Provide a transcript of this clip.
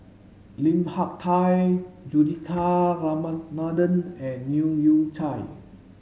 Lim Hak Tai Juthika Ramanathan and Leu Yew Chye